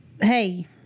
Hey